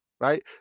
Right